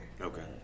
Okay